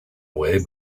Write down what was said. away